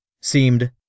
seemed